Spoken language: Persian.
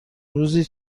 روزی